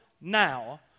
now